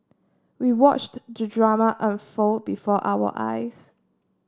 we watched the drama unfold before our eyes